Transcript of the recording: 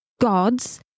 gods